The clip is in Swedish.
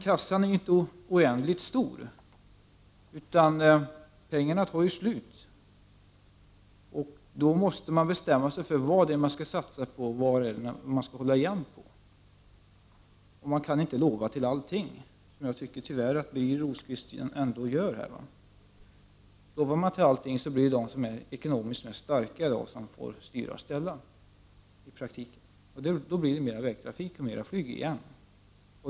Kassan är ju inte oändligt stor, utan pengarna tar slut. Då måste man bestämma sig för vad man skall satsa på och vad man skall hålla igen på. Man kan inte lova medel till alla områden. Jag tycker att Birger Rosqvist tyvärr ändå gör just det. Om man lovar medel till alla områden är det de som är ekonomiskt starkast som i praktiken kan styra och ställa. Följden blir då mer vägtrafik och mer flyg.